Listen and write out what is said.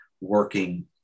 working